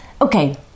Okay